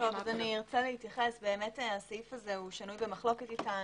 הסעיף הזה שנוי במחלוקת אתנו,